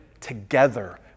together